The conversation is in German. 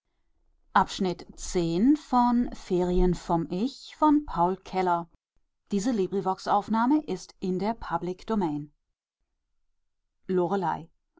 ist hat in der